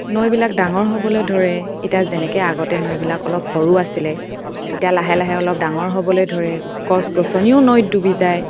নৈবিলাক ডাঙৰ হ'বলৈ ধৰে এতিয়া যেনেকৈ আগতে নৈবিলাক অলপ সৰু আছিলে এতিয়া লাহে লাহে অলপ ডাঙৰ হ'বলৈ ধৰে গছ গছনিও নৈত ডুবি যায়